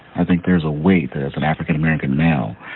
i think there's a weight that as an african american male